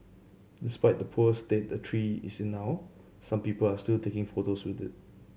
despite the poor state the tree is in now some people are still taking photos with it